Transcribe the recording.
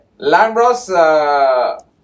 Lambros